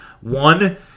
One